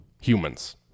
Humans